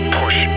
push